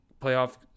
playoff